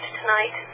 tonight